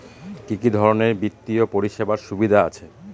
কি কি ধরনের বিত্তীয় পরিষেবার সুবিধা আছে?